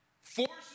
forces